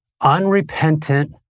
unrepentant